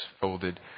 folded